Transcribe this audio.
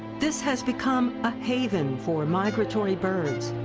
this has become a haven for migratory birds.